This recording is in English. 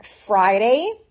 Friday